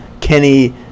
Kenny